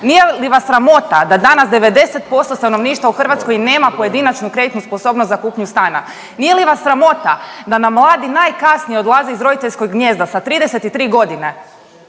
Nije li vas sramota da danas 90% stanovništva u Hrvatskoj nema pojedinačnu kreditnu sposobnost za kupnju stana? Nije li vas sramota da nam mladi najkasnije odlaze iz roditeljskog gnijezda sa 33 godine?